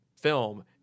film